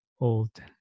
old